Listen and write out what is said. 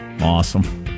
Awesome